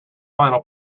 final